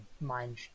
mind